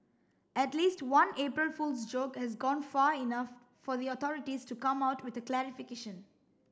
at least one April Fool's joke has gone far enough for the authorities to come out with a clarification